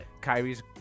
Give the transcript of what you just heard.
Kyrie's